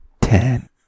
Ten